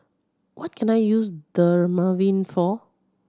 what can I use Dermaveen for